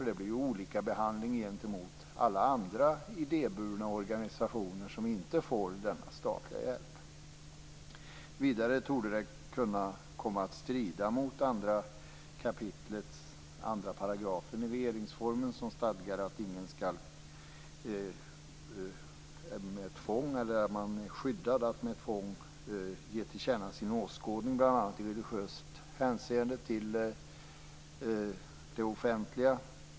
Det blir ju olikabehandling gentemot alla andra idéburna organisationer som inte får denna statliga hjälp. Vidare torde det kunna komma att strida mot 2 kap. 2 § i regeringsformen som stadgar att ingen skall tvingas att ge till känna sin åskådning i bl.a. religiöst hänseende till det offentliga.